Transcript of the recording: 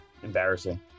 Embarrassing